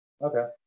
okay